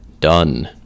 done